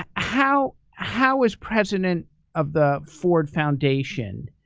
how how is president of the ford foundation,